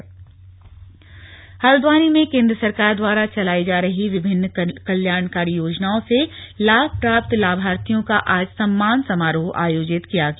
समारोह हल्द्वानी में केन्द्र सरकार द्वारा चलाई जा रही विभिन्न कल्याणकारी योजनाओ से लाभ प्राप्त लाभार्थियों का आज सम्मान समारोह आयोजित किया गया